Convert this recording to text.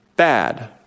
bad